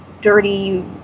dirty